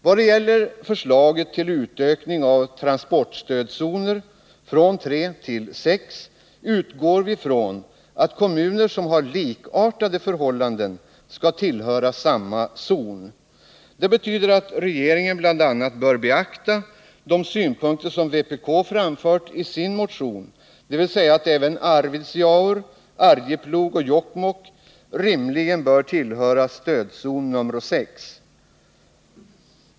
Vad det gäller förslaget till utökning av antalet transportstödzoner från 3 till 6 utgår vi från att kommuner som har likartade förhållanden skall tillhöra samma zon. Det betyder att regeringen bl.a. bör beakta de synpunkter som vpk framfört i sin motion, dvs. att även Arvidsjaur, Arjeplog och Jokkmokk rimligen bör tillhöra stödzon 6.